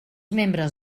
membres